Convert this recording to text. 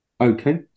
Okay